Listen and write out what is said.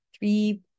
three